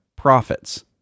profits